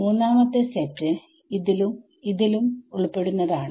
മൂന്നാമത്തെ സെറ്റ് ലും ലും ഉൾപ്പെടുന്നതാണ്